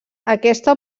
aquesta